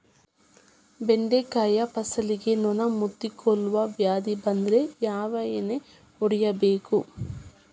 ಬೆಂಡೆಕಾಯ ಫಸಲಿಗೆ ನೊಣ ಮುತ್ತಿಕೊಳ್ಳುವ ವ್ಯಾಧಿ ಬಂದ್ರ ಯಾವ ಎಣ್ಣಿ ಹೊಡಿಯಬೇಕು?